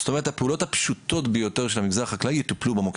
זאת אומרת הפעולות הפשוטות ביותר של המגזר החקלאי יטופלו במוקד,